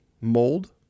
mold